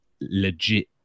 legit